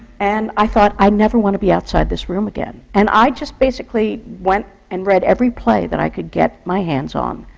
and i thought, i never want to be outside this room again. and i just basically went and read every play that i could get my hands on,